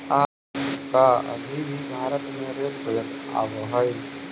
का अभी भी भारत में रेल बजट आवा हई